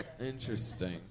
Interesting